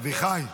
אביחי,